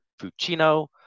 Fuccino